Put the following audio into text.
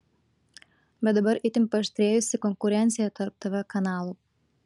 bet dabar itin paaštrėjusi konkurencija tarp tv kanalų